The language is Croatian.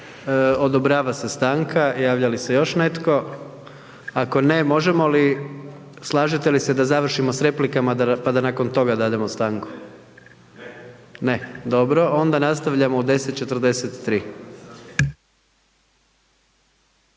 Odobrava se stanka. Javlja li se još netko? Ako ne, možemo li, slažete li se da završimo s replikama pa da nakon toga dademo stanku? Ne, dobro, onda nastavljamo u 10,43.